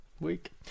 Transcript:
Week